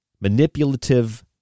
manipulative